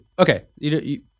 Okay